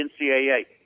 NCAA